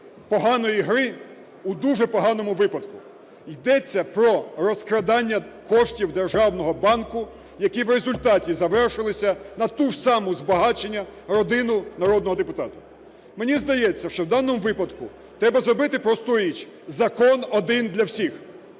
поганої гри у дуже поганому випадку. Йдеться про розкрадання коштів державного банку, які в результаті завершились на те ж саме збагачення родини народного депутата. Мені здається, що в даному випадку треба зробити просту річ. Закон один для всіх